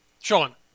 Sean